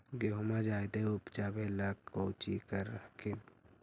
गेहुमा जायदे उपजाबे ला कौची कर हखिन?